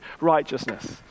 righteousness